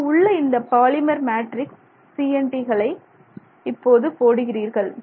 இங்கு உள்ள இந்தப் பாலிமர் மேட்ரிக்சில் CNT களை இப்போது போடுகிறீர்கள்